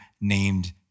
named